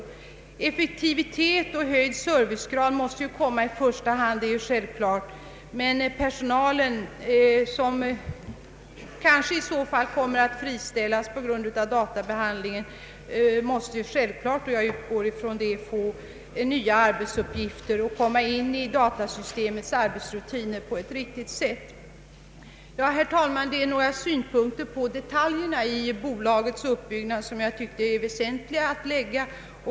Effektivitet och höjd försörjningsgrad måste självklart komma i första hand, men personalen som kanske i så fall kan komma att friställas på grund av att datasystem införes, måste givetvis få nya arbetsuppgifter och komma in i nya arbetsrutiner på ett riktigt sätt. Jag utgår ifrån att så kommer att bli fallet. Jag har, herr talman, nu framfört några synpunkter på detaljerna i bolagets uppbyggnad, som jag anser vara väsentliga.